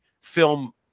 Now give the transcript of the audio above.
film